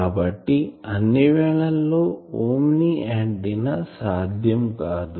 కాబట్టి అన్ని వేళల్లో ఓమ్ని ఆంటిన్నా సాధ్యం కాదు